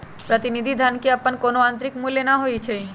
प्रतिनिधि धन के अप्पन कोनो आंतरिक मूल्य न होई छई